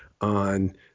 on